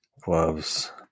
gloves